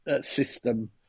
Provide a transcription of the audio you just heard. system